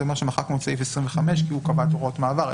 מחקנו את סעיף 25 כי הוא קבע הוראות מעבר.